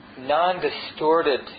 non-distorted